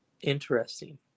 Interesting